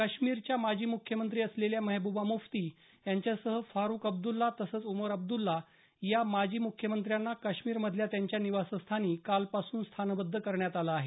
काश्मीरच्या माजी मुख्यमंत्री असलेल्या महबुबा मुफ्ती यांच्यासह फारुख अब्दुल्ला तसंच उमर अब्दुल्ला या माजी मुख्यमंत्र्यांना काश्मीरमधल्या त्यांच्या निवासस्थानी कालपासून स्थानबद्ध करण्यात आलं आहे